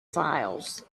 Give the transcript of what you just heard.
files